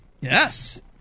Yes